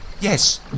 Yes